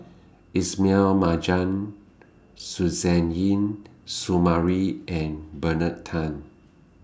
Ismail Marjan Suzairhe Sumari and Bernard Tan